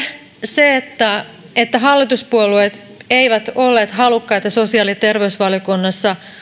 se että että hallituspuolueet eivät olleet halukkaita sosiaali ja terveysvaliokunnassa